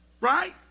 right